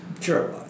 sure